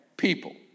people